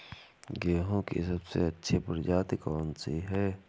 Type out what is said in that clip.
गेहूँ की सबसे अच्छी प्रजाति कौन सी है?